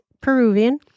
Peruvian